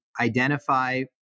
identify